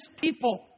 people